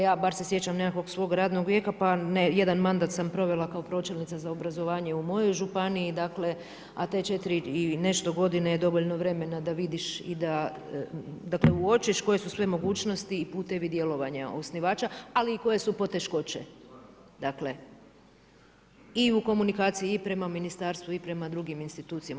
Ja bar se sjećam nekakvog svog radnog vijeka pa jedan mandat sam provela kao pročelnica za obrazovanje u mojoj županiji, a te četiri i nešto godine je dovoljno vremena da vidiš i da uočiš koje su sve mogućnosti i putevi djelovanja osnivača, ali koje su i poteškoće dakle, i u komunikaciji i prema Ministarstvu i prema drugim institucijama.